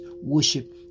worship